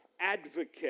advocate